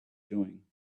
doing